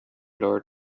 door